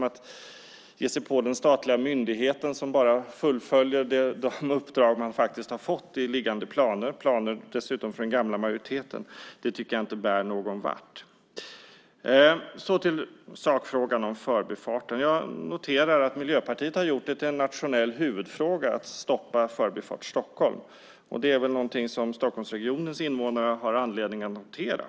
Att ge sig på den statliga myndigheten, som bara fullföljer de uppdrag den fått enligt liggande planer, vilka dessutom togs fram av den tidigare majoriteten, tycker jag inte bär någonvart. Låt mig så gå över till sakfrågan om förbifarten. Jag noterar att Miljöpartiet gjort det till en nationell huvudfråga att stoppa Förbifart Stockholm. Det är något som Stockholmsregionens invånare har anledning att notera.